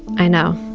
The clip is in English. i know.